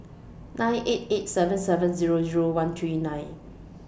nine eight eight seven seven Zero Zero one three nine